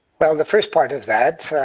well, the first part of that,